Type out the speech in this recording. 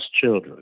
children